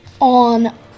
on